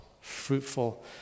fruitful